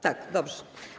Tak, dobrze.